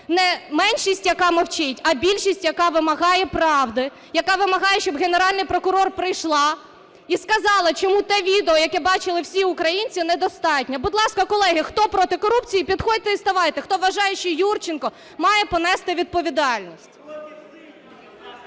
не меншість, яка мовчить, а більшість, яка вимагає правди, яка вимагає, щоб Генеральний прокурор прийшла і сказала, чому того відео, яке бачили всі українці, недостатньо. Будь ласка, колеги, хто проти корупції, підходьте і ставайте, хто вважає, що Юрченко має понести відповідальність.